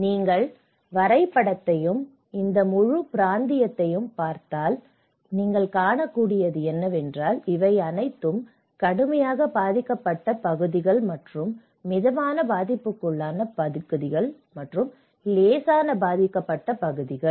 நீங்கள் வரைபடத்தையும் இந்த முழு பிராந்தியத்தையும் பார்த்தால் நீங்கள் காணக்கூடியது என்னவென்றால் இவை அனைத்தும் கடுமையாக பாதிக்கப்பட்ட பகுதிகள் மற்றும் மிதமான பாதிப்புக்குள்ளான பகுதிகள் மற்றும் லேசான பாதிக்கப்பட்ட பகுதிகள்